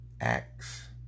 acts